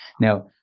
now